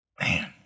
man